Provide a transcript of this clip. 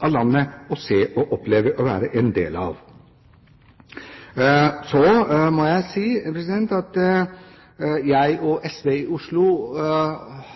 landet, å se og oppleve og være en del av. Så må jeg si at jeg og SV i Oslo